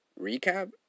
Recap